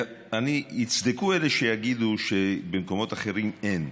יצדקו אלה שיגידו שבמקומות אחרים אין,